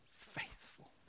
faithful